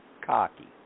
cocky